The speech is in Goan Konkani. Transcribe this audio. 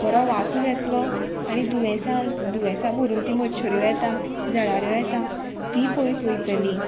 बरो वासू येतलो आनी दुयेंसा दुयेंसा भरून ती मच्छर्यो येता जळार्यो येता ती पयस वयतली